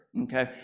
Okay